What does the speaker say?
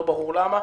לא ברור למה,